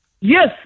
Yes